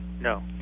No